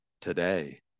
today